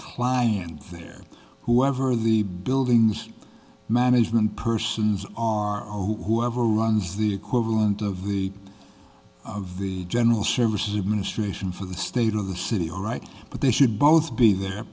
client there whoever the buildings management persons on our own whoever runs the equivalent of the of the general services administration for the state of the city or right but they should both be there